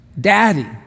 Daddy